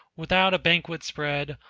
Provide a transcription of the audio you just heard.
without a banquet spread,